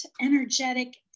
energetic